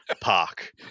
park